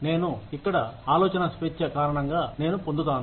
నేను ఇక్కడ ఆలోచన స్వేచ్ఛ కారణంగా నేను పొందుతాను